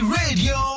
radio